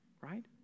right